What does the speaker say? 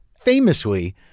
famously